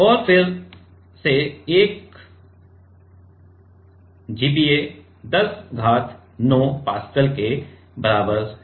और फिर से 1 GPa 10 घात 9 पास्कल के बराबर है